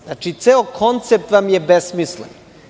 Znači, ceo koncept vam je besmislen.